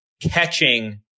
catching